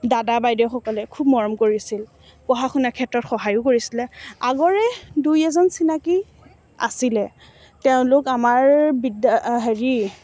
দাদা বাইদেউসকলে খুব মৰম কৰিছিল পঢ়া শুনা ক্ষেত্ৰত সহায়ো কৰিছিলে আগৰে দুই এজন চিনাকি আছিলে তেওঁলোক আমাৰ বিদ্যা হেৰি